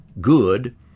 good